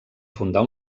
fundar